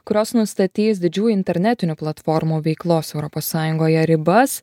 kurios nustatys didžiųjų internetinių platformų veiklos europos sąjungoje ribas